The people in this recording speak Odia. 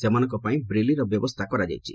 ସେମାନଙ୍କ ପାଇଁ ବ୍ରେଲିର ବ୍ୟବସ୍ରା କରାଯାଇଛି